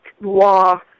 law